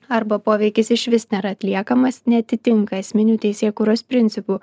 arba poveikis išvis nėra atliekamas neatitinka esminių teisėkūros principų